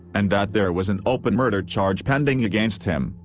and that there was an open murder charge pending against him,